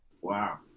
Wow